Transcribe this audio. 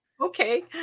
Okay